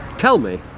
tell me.